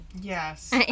Yes